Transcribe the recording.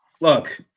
Look